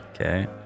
Okay